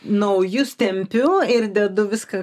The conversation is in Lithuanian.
naujus tempiu ir dedu viską